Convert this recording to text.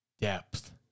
depth